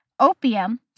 Opium